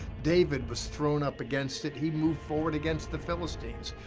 david was thrown up against it. he moved forward against the philistines.